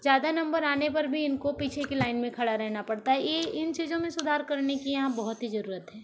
ज़्यादा नंबर आने पर भी इनको पीछे की लाइन में खड़ा रहना पड़ता है ये इन चीजों में सुधार करने की यहाँ बहुत ही जरूरत है